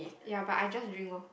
ya but I just drink lor